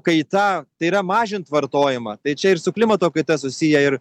kaita tai yra mažint vartojimą tai čia ir su klimato kaita susiję ir